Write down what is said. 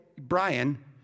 Brian